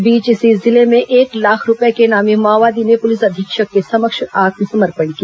इस बीच दंतेवाड़ा में एक लाख रूपये के इनामी माओवादी ने पुलिस अधीक्षक के समक्ष आत्मसमर्पण किया